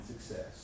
success